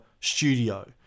studio